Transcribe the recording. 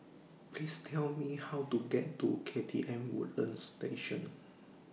Please Tell Me How to get to K T M Woodlands Station